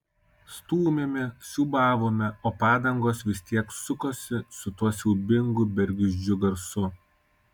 stūmėme siūbavome o padangos vis tiek sukosi su tuo siaubingu bergždžiu garsu